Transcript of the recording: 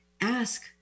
ask